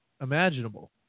imaginable